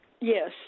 Yes